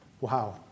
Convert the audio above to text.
Wow